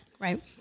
Right